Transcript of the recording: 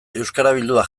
euskarabildua